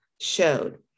showed